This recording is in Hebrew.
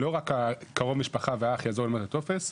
לא רק קרוב משפחה ואח יעזרו למלא טופס,